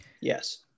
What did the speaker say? yes